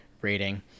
rating